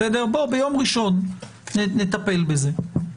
בראשון נטפל בזה.